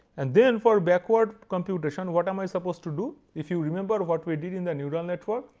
and then for backward computation, what am i supposed to do if you remember what we did in the neural network,